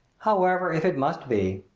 however if it must be